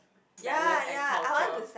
balance and culture